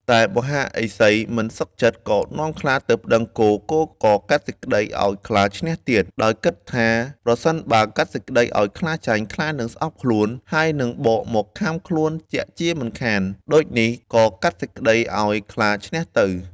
តែមហាឫសីមិនសុខចិត្ត ក៏នាំខ្លាទៅប្តឹងគោ គោក៏កាត់សេចក្តីឱ្យខ្លាឈ្នះទៀត ដោយគិតឃើញថាប្រសិនជាកាត់ឱ្យខ្លាចាញ់ ខ្លានឹងស្អប់ខ្លួន ហើយនិងបកមកខាំខ្លួនជាក់ជាមិនខាន ដូចនេះក៏កាត់ក្តីឱ្យខ្លាឈ្នះទៅ។